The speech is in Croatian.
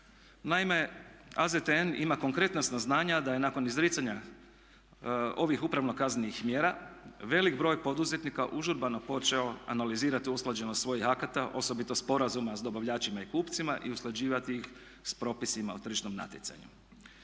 Naime, AZTN ima konkretna saznanja da je nakon izricanja ovih upravno-kaznenih mjera velik broj poduzetnika užurbano počeo analizirati usklađenost svojih akata, osobito sporazuma s dobavljačima i kupcima i usklađivati ih s propisima o tržišnom natjecanju.